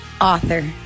author